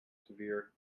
severe